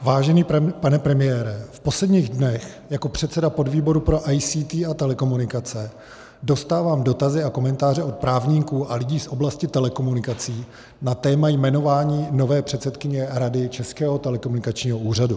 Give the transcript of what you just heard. Vážený pane premiére, v posledních dnech jako předseda podvýboru pro ICT a telekomunikace dostávám dotazy a komentáře od právníků a lidí z oblasti telekomunikací na téma jmenování nové předsedkyně Rady Českého telekomunikačního úřadu.